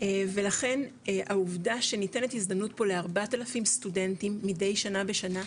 ולכן העובדה שניתנת הזדמנות פה ל- 4,000 סטודנטים מידי שנה בשנה,